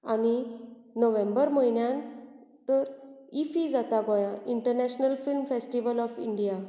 आनी नोव्हेंबर म्हयन्यान तर इफ्फी जाता गोंयाक international film festival of India